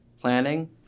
planning